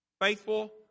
Faithful